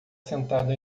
sentado